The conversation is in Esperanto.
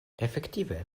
efektive